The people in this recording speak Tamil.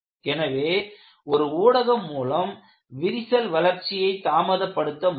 எனவே ஒரு ஊடகம் மூலம் விரிசல் வளர்ச்சியை தாமதப்படுத்த முடியும்